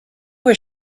was